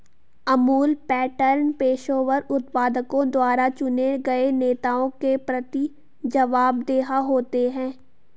Amul pattern पेशेवर उत्पादकों द्वारा चुने गए नेताओं के प्रति जवाबदेह होते हैं